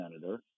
senator